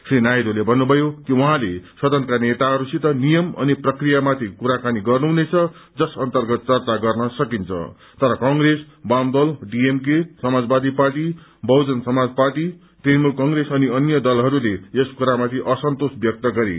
श्री नायडूले भन्नुभयो कि उहाँले सदनका नेताहरूसित नियम अनि प्रक्रियामाथि कुराकानी गर्नुहुनेछ जस अन्तर्गत चर्चा गर्न सकिन्छ तर कंग्रेस वामदल DMK Samajwadi party Bahujan Samaj party Trinamool Congress अनि अन्य दलहरूले यस कुरामाथि असन्तोष व्यक्त गरे